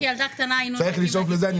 צריך לשאוף לזה.